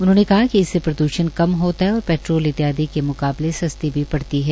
उन्होंने कहा कि इससे प्रद्रषण में कम होता है और पैट्रोल इत्यादि के म्काबले सस्ती भी पड़ती है